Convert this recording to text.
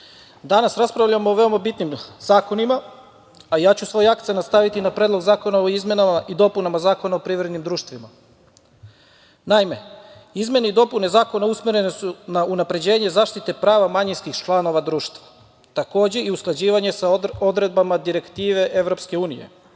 danas raspravljamo o veoma bitnim zakonima, a ja ću svoj akcenat staviti na Predlog zakona o izmenama i dopunama Zakona o privrednim društvima. Naime, izmene i dopune zakona usmerene su na unapređenje zaštite prava manjinskih članova društva, takođe i usklađivanje sa odredbama direktive EU.Koji